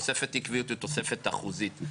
תוספת אי קביעות היא תוספת אחוזית.